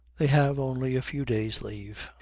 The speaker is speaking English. they have only a few days' leave.